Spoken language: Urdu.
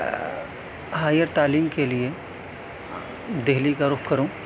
ہائیر تعلیم کے لیے دہلی کا رخ کروں